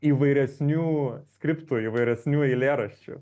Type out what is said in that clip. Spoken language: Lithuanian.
įvairesnių skriptų įvairesnių eilėraščių